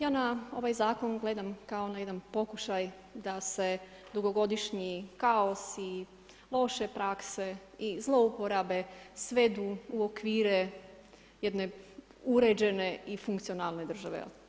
Ja na ovaj zakon gledam kao na jedan pokušaj da se dugogodišnji kaos i loše prakse i zlouporabe svedu u okvire jedne uređene i funkcionalne države.